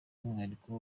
umwihariko